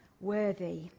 worthy